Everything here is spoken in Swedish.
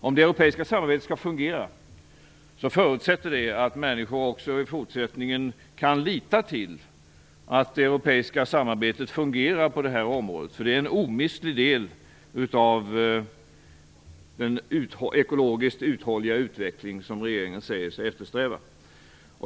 Om det europeiska samarbetet skall fungera förutsätter det att människor också i fortsättningen kan lita till att det europeiska samarbetet fungerar på det här området, därför att det är en omistlig del av den ekologiskt uthålliga utveckling som regeringen säger sig eftersträva.